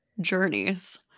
journeys